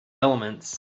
elements